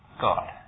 God